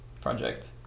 project